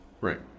right